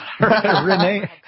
Renee